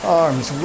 arms